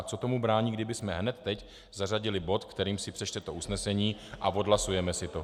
Co tomu brání, kdybychom hned teď zařadili bod, kterým se přečte to usnesení, a odhlasujeme si to?